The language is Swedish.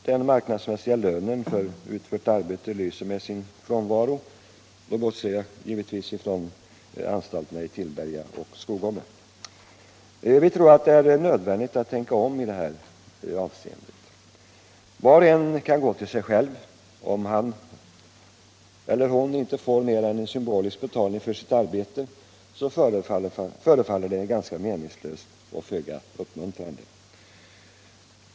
Den marknadsmässiga lönen för utfört arbete lyser med sin frånvaro — nu bortser jag från anstalterna i Tillberga och Skogome. Vi tror att det är nödvändigt att tänka om i detta avseende. Var och en kan gå till sig själv — om han eller hon inte får mer än en symbolisk betalning för sitt arbete, förefaller det ganska meningslöst och föga uppmuntrande.